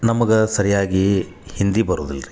ನಮಗೆ ಸರಿಯಾಗಿ ಹಿಂದಿ ಬರುದಿಲ್ಲ ರೀ